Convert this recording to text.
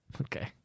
Okay